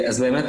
אז באמת,